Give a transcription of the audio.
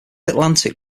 atlantic